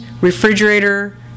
refrigerator